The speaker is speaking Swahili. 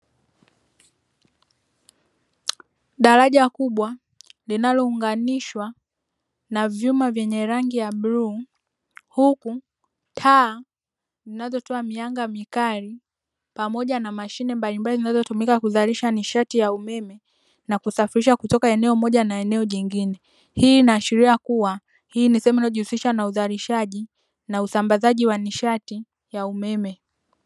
Daraja kubwa linalounganishwa na vyuma vyenye rangi ya bluu, huku taa zinazotoa mwanga mkali pamoja na mashine mbalimbali zinazotumika kuzalisha nishati ya umeme, na kusafirisha kutoka eneo moja na eneo jingine. Hii inaashiria kuwa hii ni sehemu inayojihusisha na uzalishaji na usambazaji wa nishati ya umeme.